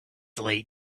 late